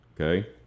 Okay